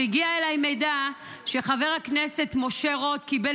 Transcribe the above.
הגיע אליי מידע שחבר הכנסת משה רוט קיבל